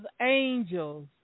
Angels